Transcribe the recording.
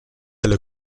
alle